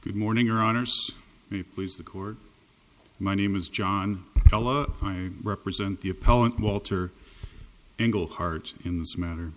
good morning or honors me please the court my name is john della i represent the appellant walter engelhard in this matter